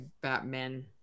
Batman